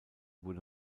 wurde